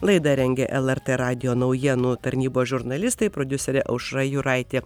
laidą rengia lrt radijo naujienų tarnybos žurnalistai prodiuserė aušra juraitė